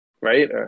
right